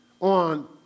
on